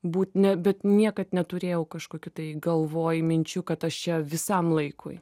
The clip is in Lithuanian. būt ne bet niekad neturėjau kažkokių tai galvoj minčių kad aš čia visam laikui